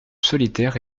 solitaires